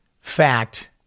fact